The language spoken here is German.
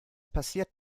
passiert